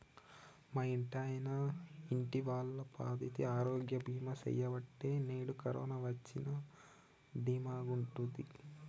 మా ఇంటాయన ఇంటిల్లపాదికి ఆరోగ్య బీమా సెయ్యబట్టే నేడు కరోన వచ్చినా దీమాగుంటిమి